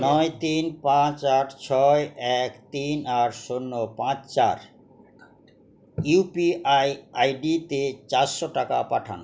নয় তিন পাঁচ আট ছয় এক তিন আট শূন্য পাঁচ চার ইউ পি আই আইডিতে চারশো টাকা পাঠান